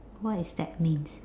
what is that means